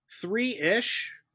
three-ish